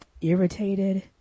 irritated